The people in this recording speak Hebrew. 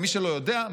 למי שלא יודע,